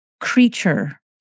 creature